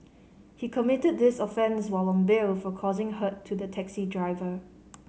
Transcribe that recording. he committed this offence while on bail for causing hurt to the taxi driver